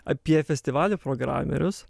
apie festivalių programerius